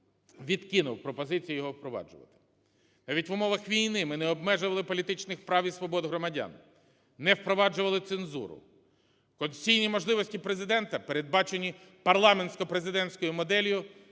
відкинув пропозицію його впроваджувати. А ведь в умовах війни ми не обмежували політичних прав і свобод громадян, не впроваджували цензуру. Конституційні можливості Президента, передбачені парламентсько-президентською моделлю,